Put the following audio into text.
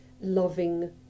loving